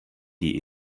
die